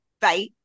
bye